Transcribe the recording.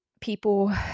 people